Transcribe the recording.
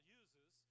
uses